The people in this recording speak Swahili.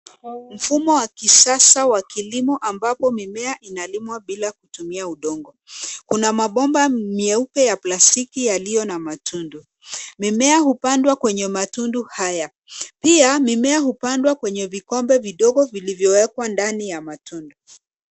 Mfumo wa kisasa wa kilimo ambapo mimea inalimwa bila kutumia udongo. Kuna mabomba mieupe ya plastiki yaliyo na matundu. Mimea hupandwa kwenye matundu haya, pia mimea hupandwa kwenye vikombe vidogo vilivyowekwa ndani ya matundu.